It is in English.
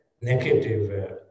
negative